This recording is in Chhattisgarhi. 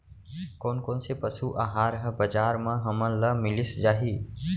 कोन कोन से पसु आहार ह बजार म हमन ल मिलिस जाही?